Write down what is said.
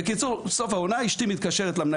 בקיצור בסוף העונה אשתי מתקשרת למנהל